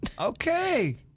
Okay